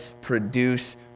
produce